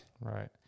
Right